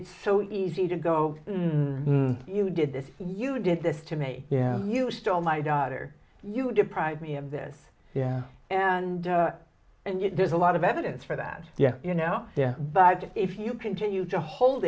it's so easy to go you did this you did this to me yeah you stole my daughter you deprive me of this and and there's a lot of evidence for that yeah you know but if you continue to hold